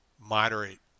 moderate